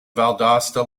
valdosta